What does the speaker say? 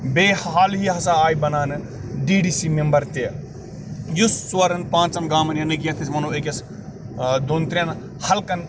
بیٚیہِ حال ہی ہسا آیہِ بَناونہٕ ڈی ڈی سی میٚمبر تہِ یُس ژورَن پانٛژَن گامَن یعنی یَتھ أسۍ وَنو أکِس ٲں دوٚن ترٛیٚن حَلقَن